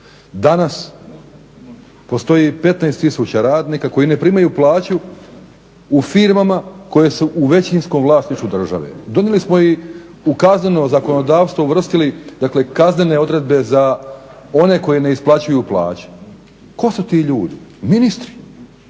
Danas postoji 15000 radnika koji ne primaju plaću u firmama koje su u većinskom vlasništvu države. Donijeli smo ih i u kazneno zakonodavstvo uvrstili dakle kaznene odredbe za one koji ne isplaćuju plaće. Tko su ti ljudi? Ministri!